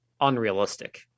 unrealistic